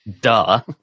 duh